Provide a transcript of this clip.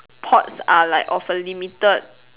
pots are like of a limited